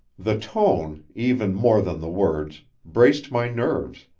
the tone, even more than the words, braced my nerves,